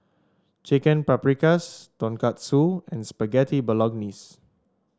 Chicken Paprikas Tonkatsu and Spaghetti Bolognese